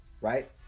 right